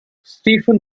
stephen